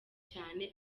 cyane